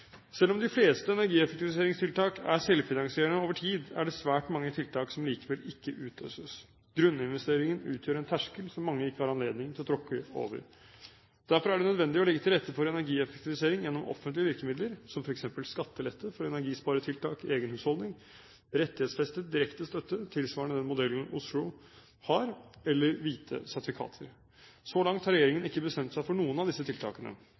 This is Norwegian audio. Selv om de fleste energieffektiviseringstiltak er selvfinansierende over tid, er det svært mange tiltak som likevel ikke utløses. Grunninvesteringen utgjør en terskel som mange ikke har anledning til å tråkke over. Derfor er det nødvendig å legge til rette for energieffektivisering gjennom offentlige virkemidler som f.eks. skattelette for energisparetiltak i egen husholdning, rettighetsfestet direkte støtte tilvarende den modellen Oslo har, eller hvite sertifikater. Så langt har regjeringen ikke bestemt seg for noen av disse tiltakene.